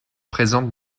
présente